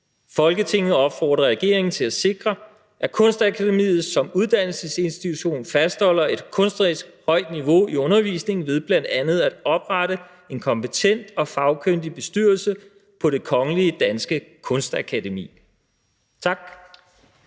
Folketinget opfordrer regeringen til at sikre, at Kunstakademiets Billedkunstskoler som uddannelsesinstitution fastholder et kunstnerisk højt niveau i undervisningen ved bl.a. at oprette en kompetent og fagkyndig bestyrelse på Kunstakademiets